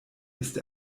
ist